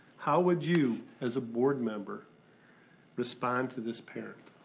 how would you as a board member respond to this parent?